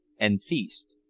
and feast.